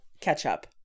ketchup